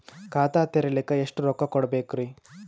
ಖಾತಾ ತೆರಿಲಿಕ ಎಷ್ಟು ರೊಕ್ಕಕೊಡ್ಬೇಕುರೀ?